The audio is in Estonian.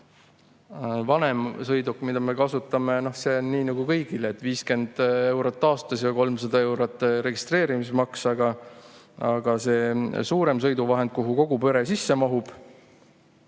vanema sõiduki puhul, mida me kasutame, on nii nagu kõigil, 50 eurot aastas ja 300 eurot registreerimismaks. Aga suurem sõiduvahend, kuhu kogu pere sisse mahub,